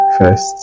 First